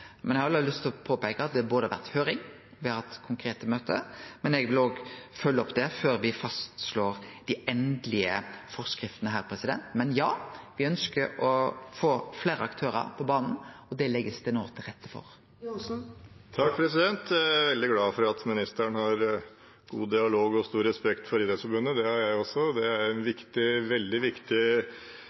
Men eg har lyst til å peike på at det både har vore høyring, og at me har hatt konkrete møte. Eg vil òg følgje opp det før me slår fast dei endelege forskriftene. Men ja, me ønskjer å få fleire aktørar på banen, og det blir det no lagt til rette for. Jeg er veldig glad for at ministeren har god dialog med og stor respekt for Idrettsforbundet – det har jeg også. Det er en veldig